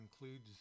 includes